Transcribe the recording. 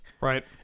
Right